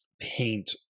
paint